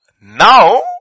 Now